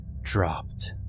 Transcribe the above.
dropped